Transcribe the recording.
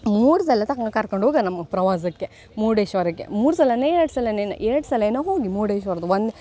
ಮೂರು ಸಲ ತಕ ಕರ್ಕಂಡೋಗಿ ನಮ್ಮ ಪ್ರವಾಸಕ್ಕೆ ಮುರ್ಡೇಶ್ವರಕ್ಕೆ ಮೂರು ಸಲನೆ ಎರಡು ಸಲನೆ ಎರಡು ಸಲ ಏನೋ ಹೋಗಿ ಮುರ್ಡೇಶ್ವರ್ದು ಒಂದು